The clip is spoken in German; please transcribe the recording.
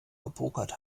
gepokert